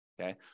Okay